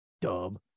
dub